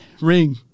ring